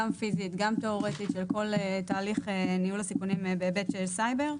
גם פיזית וגם תיאורטית בכל תהליך ניהול הסיכונים בהיבט של סייבר.